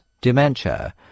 dementia